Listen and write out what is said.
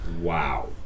Wow